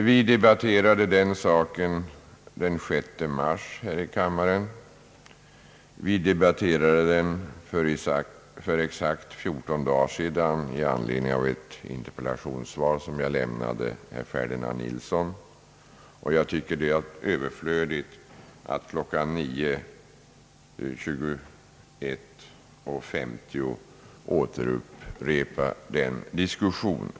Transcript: Vi debatterade den saken den 6 mars här i kammaren, och vi debatterade den för exakt 14 dagar sedan i anledning av ett interpellationssvar som jag lämnade herr Ferdinand Nilsson. Jag tycker att det är överflödigt att klockan 21.23.50 upprepa den diskussionen.